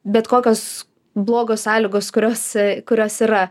bet kokios blogos sąlygos kurios kurios yra